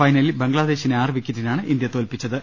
ഫൈനലിൽ ബംഗ്ലാദേശിനെ ആറ് വിക്കറ്റിനാണ് ഇന്ത്യ തോല്പിച്ചത്